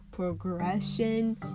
progression